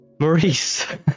Maurice